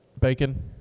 bacon